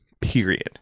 period